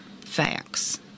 facts